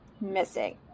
missing